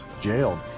jailed